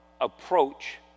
approach